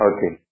Okay